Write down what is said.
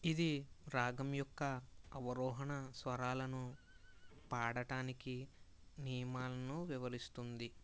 ఇది రాగం యొక్క అవరోహణ స్వరాలను పాడటానికి నియమాలను వివరిస్తుంది